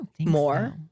more